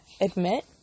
admit